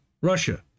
Russia